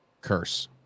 Curse